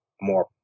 more